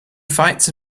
fights